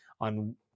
on